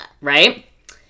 right